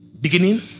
beginning